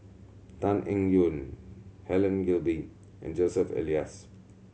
Tan Eng Yoon Helen Gilbey and Joseph Elias